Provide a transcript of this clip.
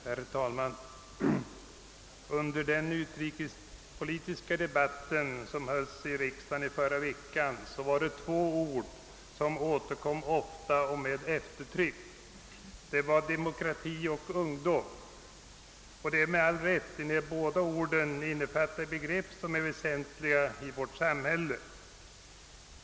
Herr talman! Under den utrikespolitiska debatt som hölls förra veckan var det två ord som återkom ofta och med eftertryck. Det var orden demokrati och ungdom. Det skedde med all rätt, enär båda orden innefattar begrepp som är väsentliga i vårt samhälle.